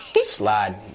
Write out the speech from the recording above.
slide